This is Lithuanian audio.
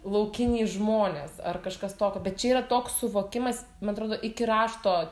laukiniai žmonės ar kažkas tokio bet čia yra toks suvokimas man atrodo iki rašto